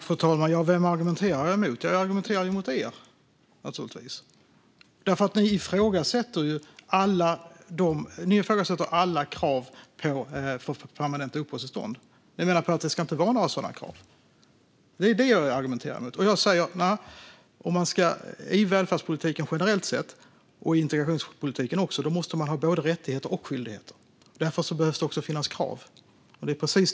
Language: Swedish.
Fru talman! Vem argumenterar jag mot? Jag argumenterar naturligtvis mot er andra som deltar i debatten. Ni ifrågasätter ju alla krav för permanenta uppehållstillstånd. Ni menar att det inte ska finnas några sådana krav. Det är det jag argumenterar mot. I välfärdspolitiken generellt sett och i integrationspolitiken måste man ha både rättigheter och skyldigheter. Därför behöver det också finnas krav.